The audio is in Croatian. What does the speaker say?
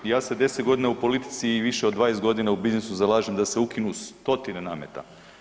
Ja sam 10 godina u politici i više od 20 godina u biznisu zalažem da se ukinu stotine nameta.